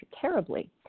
terribly